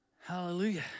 Hallelujah